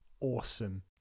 awesome